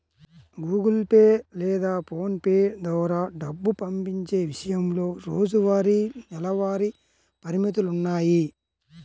Google Pay లేదా PhonePe ద్వారా డబ్బు పంపించే విషయంలో రోజువారీ, నెలవారీ పరిమితులున్నాయి